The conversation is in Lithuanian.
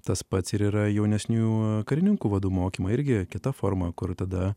tas pats ir yra jaunesnių karininkų vadų mokymai irgi kita forma kur tada